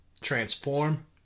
Transform